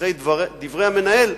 ואחרי דברי המנהל,